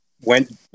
went